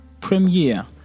premiere